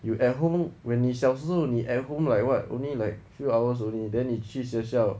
you at home when 你小时候 you at home like what only like few hours only then 你去学校